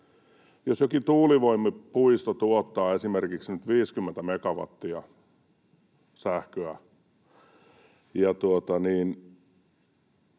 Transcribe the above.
jos jokin tuulivoimapuisto tuottaa esimerkiksi nyt 50 megawattia sähköä,